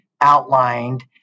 outlined